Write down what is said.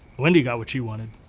wendy got what she wanted.